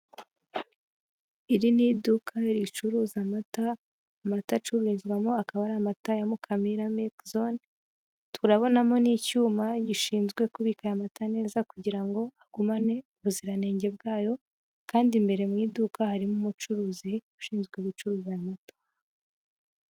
Iri ni iduka ricuruza amata, amata acururizwamo akaba ari amata ya Mukamira mirike zone, turabonamo n'icyuma gishinzwe kubika amata neza, kugira ngo agumane ubuziranenge bwayo, kandi imbere mu iduka harimo umucuruzi ushinzwe gucuruza aya mata.